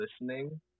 listening